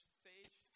stage